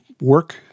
work